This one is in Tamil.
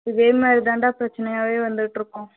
இதேமாரி தான்டா பிரச்சனையாகவே வந்துட்டிருக்கும்